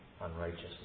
unrighteousness